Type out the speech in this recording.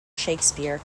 shakespeare